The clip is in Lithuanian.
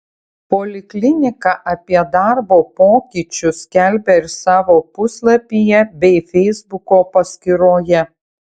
poliklinika apie darbo pokyčius skelbia ir savo puslapyje bei feisbuko paskyroje